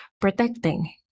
protecting